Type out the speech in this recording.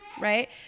right